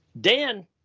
Dan